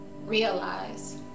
realize